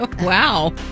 Wow